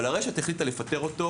אבל הרשת החליטה לפטר אותו